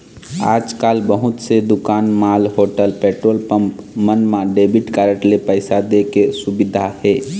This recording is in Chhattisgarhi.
आजकाल बहुत से दुकान, मॉल, होटल, पेट्रोल पंप मन म डेबिट कारड ले पइसा दे के सुबिधा हे